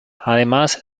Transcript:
además